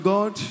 God